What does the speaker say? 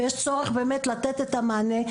ויש צורך לתת את המענה.